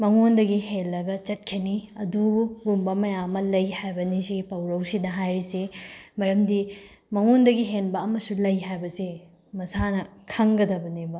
ꯃꯉꯣꯟꯗꯒꯤ ꯍꯦꯜꯂꯒ ꯆꯠꯈꯤꯅꯤ ꯑꯗꯨꯒꯨꯝꯕ ꯃꯌꯥꯝ ꯑꯃ ꯂꯩ ꯍꯥꯏꯕꯅꯤ ꯁꯤꯒꯤ ꯄꯥꯎꯔꯧꯁꯤꯗ ꯍꯥꯏꯔꯤꯁꯦ ꯃꯔꯝꯗꯤ ꯃꯉꯣꯟꯗꯒꯤ ꯍꯦꯟꯕ ꯑꯃꯁꯨ ꯂꯩ ꯍꯥꯏꯕꯁꯦ ꯃꯁꯥꯅ ꯈꯪꯒꯗꯕꯅꯦꯕ